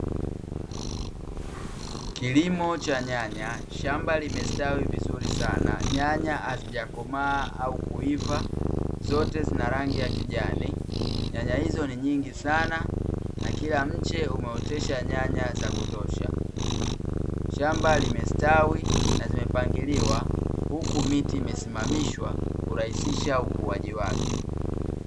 Kilimo cha nyanya, shamba limestawi vizuri sana. Nyanya hazijakomaa au kuiva, zote zina rangi ya kijani. Nyanya hizo ni nyingi sana, na kila mche umeotesha nyanya za kutosha. Shamba limestawi na zimepangiliwa, huku miti imesimamishwa kurahisisha ukuaji wake.